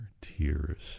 tears